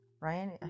Ryan